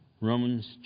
Romans